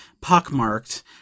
pockmarked